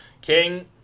King